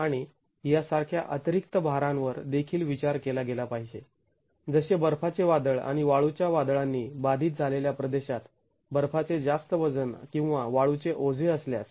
आणि यासारख्या अतिरिक्त भारांवर देखील विचार केला गेला पाहिजे जसे बर्फाचे वादळ आणि वाळूच्या वादळांनी बाधित झालेल्या प्रदेशात बर्फाचे जास्त वजन किंवा वाळूचे ओझे असल्यास